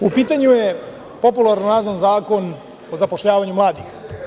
U pitanju je, popularno nazvan zakon o zapošljavanju mladih.